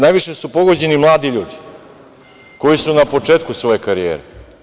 Najviše su pogođeni mladi ljudi, koji su na početku svoje karijere.